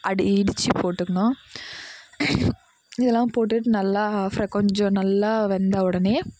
அடி இடிச்சு போட்டுக்கணும் இதெல்லாம் போட்டுட்டு நல்லா அப்புறம் கொஞ்சம் நல்லா வெந்த உடனே